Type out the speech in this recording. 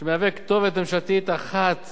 יהיה כתובת ממשלתית אחת